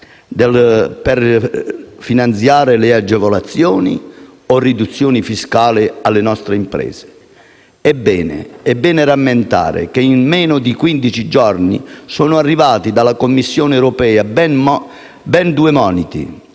per finanziare le agevolazioni o riduzioni fiscali alle nostre imprese. È bene rammentare che in meno di quindici giorni sono arrivati dalla Commissione europea ben due moniti.